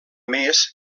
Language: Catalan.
més